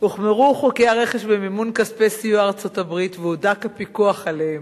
הוחמרו חוקי הרכש במימון כספי סיוע מארצות-הברית והודק הפיקוח עליהם,